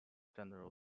general